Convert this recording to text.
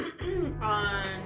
on